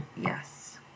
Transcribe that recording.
Yes